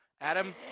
Adam